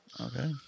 Okay